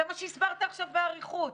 זה מה שהסברת עכשיו באריכות,